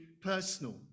personal